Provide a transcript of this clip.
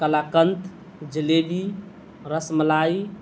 kalakand jalebi ras ملائی